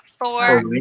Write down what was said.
four